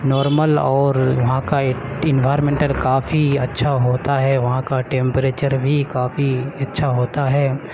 normal اور وہاں کا انوارمنٹل کافی اچھا ہوتا ہے وہاں کا ٹیمپریچر بھی کافی اچھا ہوتا ہے